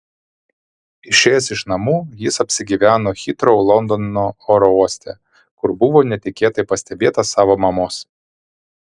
išėjęs iš namų jis apsigyveno hitrou londono oro uoste kur buvo netikėtai pastebėtas savo mamos